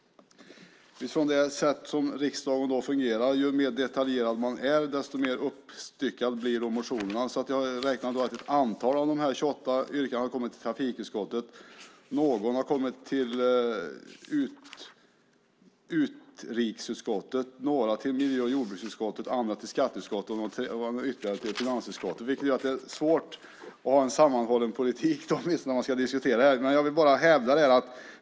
Riksdagen fungerar på det sättet att ju mer detaljerad man är, desto mer uppstyckad blir motionen. Jag har räknat till att ett antal av de här 28 yrkandena har kommit till trafikutskottet, något har kommit till utrikesutskottet, några till miljö och jordbruksutskottet, andra till skatteutskottet och ytterligare några till finansutskottet. Det gör att det är svårt att ha en sammanhållen politik, åtminstone när man ska diskutera här.